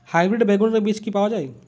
Hybrid বেগুনের বীজ কি পাওয়া য়ায়?